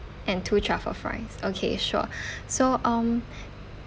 and two truffle fries okay sure so um